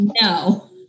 no